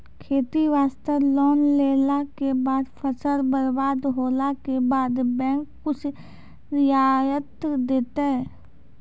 खेती वास्ते लोन लेला के बाद फसल बर्बाद होला के बाद बैंक कुछ रियायत देतै?